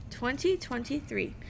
2023